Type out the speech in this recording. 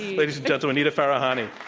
ladies and gentlemen, nita farahany.